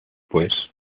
pues